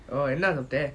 என்ன சாப்ட:enna sapta